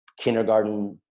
kindergarten